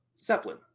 Zeppelin